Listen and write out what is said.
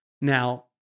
Now